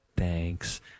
Thanks